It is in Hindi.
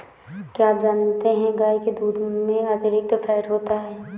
क्या आप जानते है गाय के दूध में अतिरिक्त फैट होता है